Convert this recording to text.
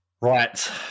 Right